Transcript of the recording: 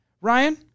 Ryan